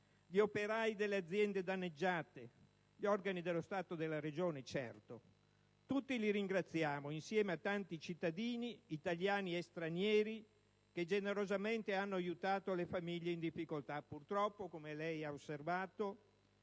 gli operai delle aziende danneggiate gli organi dello Stato e della Regione. Li ringraziamo tutti, insieme a tanti cittadini italiani e stranieri che generosamente hanno aiutato le famiglie in difficoltà. Purtroppo, come lei ha osservato,